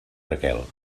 raquel